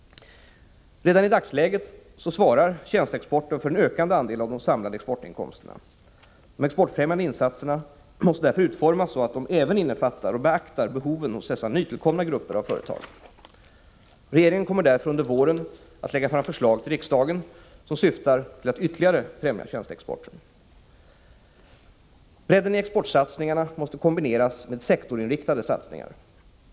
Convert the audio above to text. Redan i dagsläget svarar tjänsteexporten för en ökande andel av de samlade exportinkomsterna. De exportfrämjande insatserna måste därför utformas så att de även innefattar och beaktar behoven hos dessa nytillkom na grupper av företag. Regeringen kommer därför under våren att lägga fram förslag till riksdagen som syftar till att ytterligare främja tjänsteexporten. Bredden i exportsatsningarna måste kombineras med sektorinriktade satsningar.